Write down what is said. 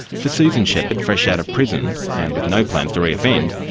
for susan shepherd fresh out of prison, and with no plans to re-offend,